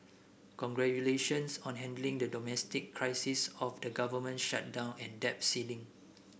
congratulations on handling the domestic crisis of the government shutdown and debt ceiling